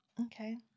Okay